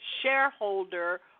shareholder